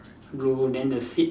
blue then the seat